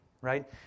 right